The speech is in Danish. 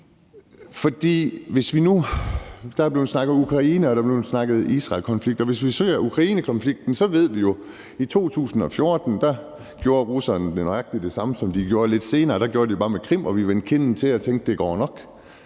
der er blevet snakket om Israelkonflikten. Og hvis vi ser på Ukrainekonflikten, ved vi jo, at i 2014 gjorde russerne nøjagtig det samme, som de gjorde lidt senere. Der gjorde de det bare med Krim, og vi vendte den anden kind til og tænkte: Det går nok.